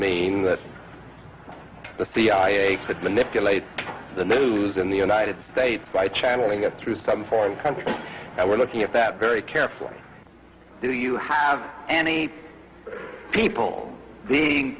mean that the thief could manipulate the news in the united states by channeling us through some foreign country and we're looking at that very carefully do you have any people being